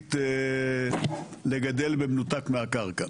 הישראלית לגדל במנותק מהקרקע.